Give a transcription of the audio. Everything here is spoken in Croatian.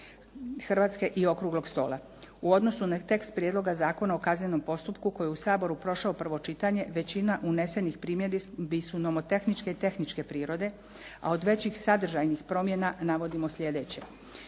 Hrvatske i Okruglog stola. U odnosu na tekst Prijedloga zakona o kaznenom postupku koji je u Saboru prošao prvo čitanje većina unesenih primjedbi su nomotehničke i tehničke prirode a od većih sadržajnih promjena navodimo sljedeće: